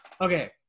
Okay